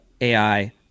ai